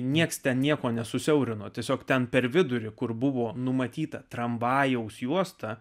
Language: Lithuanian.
niekas ten nieko nesusiaurino tiesiog ten per vidurį kur buvo numatyta tramvajaus juosta